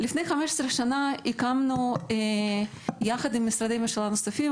לפני 15 שנים הקמנו ביחד עם משרדי ממשלה נוספים,